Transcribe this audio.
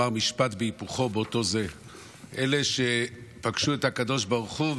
הוא אמר משפט והיפוכו: אלה שפגשו את הקדוש ברוך הוא,